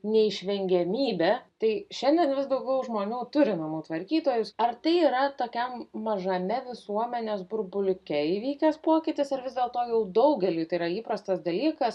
neišvengiamybė tai šiandien vis daugiau žmonių turi namų tvarkytojus ar tai yra tokiam mažame visuomenės burbuliuke įvykęs pokytis ir vis dėlto jau daugeliui tai yra įprastas dalykas